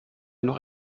noch